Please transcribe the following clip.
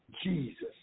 Jesus